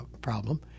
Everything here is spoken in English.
problem